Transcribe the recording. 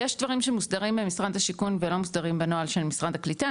יש דברים שמוסדרים במשרד השיכון ולא מוסדרים בנוהל של משרד הקליטה,